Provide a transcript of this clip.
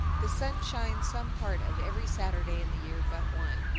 the sun shines some part of every saturday in the year but one.